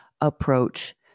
approach